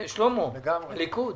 נכון, שלמה, הליכוד?